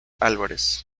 álvarez